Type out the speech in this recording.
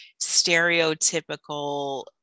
stereotypical